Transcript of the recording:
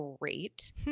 great